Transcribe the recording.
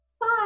Bye